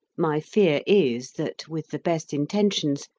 my fear is that, with the best intentions,